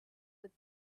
with